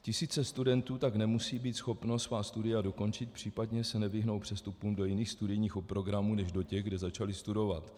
Tisíce studentů tak nemusí být schopny svá studia dokončit, případně se nevyhnou přestupům do jiných studijních programů než do těch, kde začaly studovat.